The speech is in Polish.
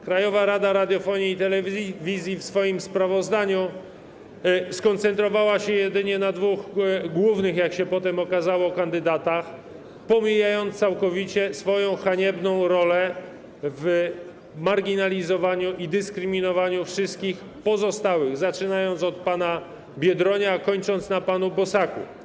Krajowa Rada Radiofonii i Telewizji w swoim sprawozdaniu skoncentrowała się jedynie na dwóch głównych, jak się potem okazało, kandydatach, pomijając całkowicie swoją haniebną rolę w marginalizowaniu i dyskryminowaniu wszystkich pozostałych, zaczynając od pana Biedronia, a kończąc na panu Bosaku.